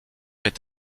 est